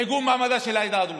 עיגון מעמדה של העדה הדרוזית.